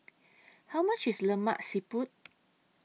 How much IS Lemak Siput